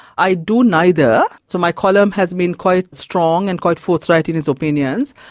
i do neither, so my column has been quite strong and quite forthright in its opinions.